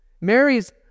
Mary's